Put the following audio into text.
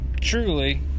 Truly